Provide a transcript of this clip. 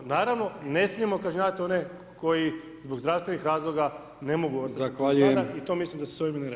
Naravno ne smijemo kažnjavati one koji zbog zdravstvenih razloga n mogu ... i to mislim da se s ovime ne radi.